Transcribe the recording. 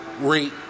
rate